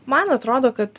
man atrodo kad